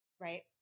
right